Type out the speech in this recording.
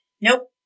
Nope